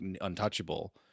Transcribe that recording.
untouchable